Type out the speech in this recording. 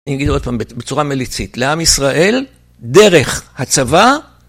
אני אגיד עוד פעם בצורה מליצית, לעם ישראל, דרך הצבא,